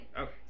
Okay